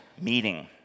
meeting